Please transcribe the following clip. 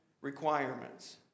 requirements